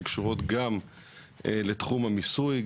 שקשורות לתחומי המיסוי,